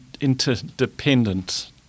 interdependent